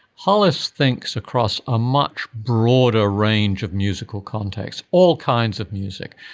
hollis thinks across a much broader range of musical context, all kinds of music,